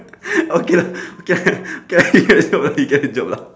okay lah okay ya okay you get the joke lah you get the joke lah